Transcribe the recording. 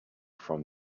from